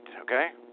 okay